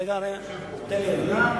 אדוני היושב-ראש,